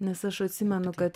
nes aš atsimenu kad